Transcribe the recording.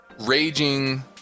Raging